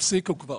תפסיקו כבר.